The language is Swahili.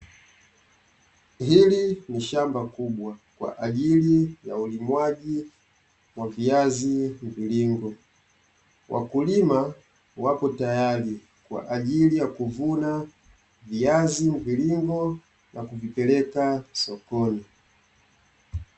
Hili ni shamba kubwa kwa ajili ya ulimwaji wa viazi mviringo, wakulima wapo tayari kwa ajili ya kuvuna viazi mviringo na kuvipeleka sokoni.